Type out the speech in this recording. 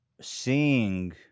Seeing